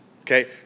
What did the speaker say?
Okay